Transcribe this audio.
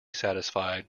satisfied